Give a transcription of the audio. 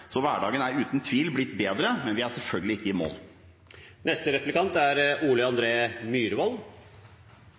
Så hverdagen er uten tvil blitt bedre. Men vi er selvfølgelig ikke i mål.